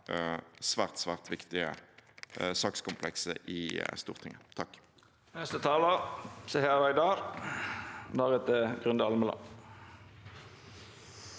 dette svært viktige sakskomplekset i Stortinget. Seher